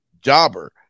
jobber